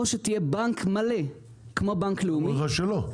או שתהיה בנק מלא או בנק לאומי --- אומרים לך שלא.